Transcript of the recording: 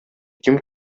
ким